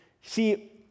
See